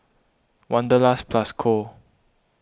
Wanderlust Plus Co